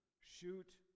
shoot